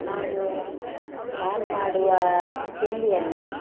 ನಾನು ನಾನು ಮಾಡುವ ತಿಂಡಿಯಲ್ಲಿ